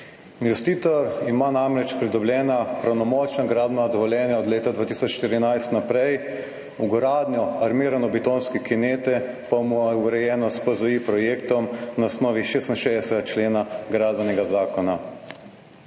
Investitor ima namreč pridobljena pravnomočna gradbena dovoljenja od leta 2014 naprej, vgradnjo armirano-betonske kinete pa ima urejeno s PZI projektom na osnovi 66. člena Gradbenega zakona.